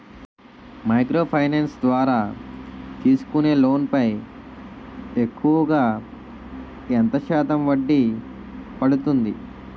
Micro finance ద్వారా తీసుకునే loan పై ఎక్కువుగా ఎంత శాతం వడ్డీ పడుతుంది?